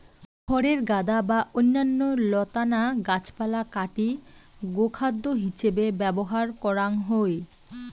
খড়ের গাদা বা অইন্যান্য লতানা গাছপালা কাটি গোখাদ্য হিছেবে ব্যবহার করাং হই